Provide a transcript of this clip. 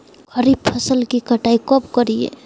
खरीफ फसल की कटाई कब करिये?